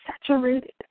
saturated